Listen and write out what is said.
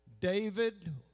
David